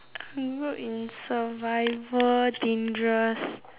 good in survival dangerous